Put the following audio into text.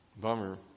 bummer